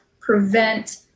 prevent